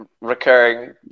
recurring